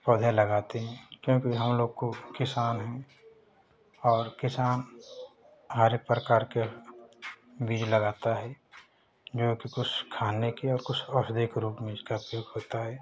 पौधे लगाते हैं क्योंकि हमलोग को किसान हैं और किसान हर प्रकार के बीज लगाता है जो कि कुछ खाने के कुछ औषधि के रूप में यूज करके होता है